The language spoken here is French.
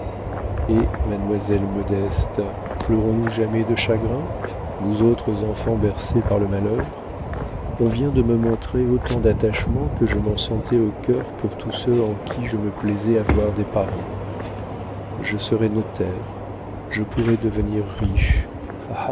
eh mademoiselle modeste pleurons nous jamais de chagrin nous autres enfants bercés par le malheur on vient de me montrer autant d'attachement que je m'en sentais au cœur pour tous ceux en qui je me plaisais à voir des parents je serai notaire je pourrai devenir riche